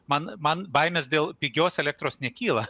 man man baimės dėl pigios elektros nekyla